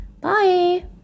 Bye